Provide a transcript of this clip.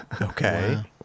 Okay